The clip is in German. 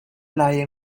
leihe